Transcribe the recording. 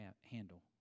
handle